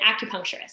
acupuncturist